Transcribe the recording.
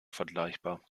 vergleichbar